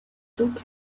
took